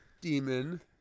demon